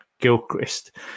Gilchrist